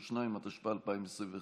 32), התשפ"א 2021,